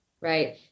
right